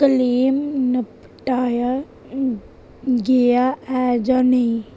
claim नपटाया गेआ ऐ जां नेईं